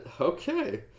okay